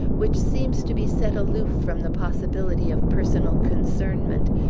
which seems to be set aloof from the possibility of personal concernment,